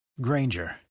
Granger